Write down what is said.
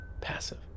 Passive